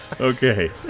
Okay